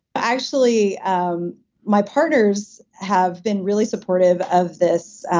actually um my partners have been really supportive of this